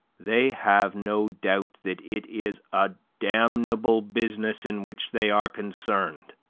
they have no doubt that it is a damnable business in which they are concerned